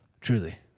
truly